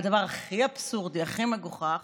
והדבר הכי אבסורדי, הכי מגוחך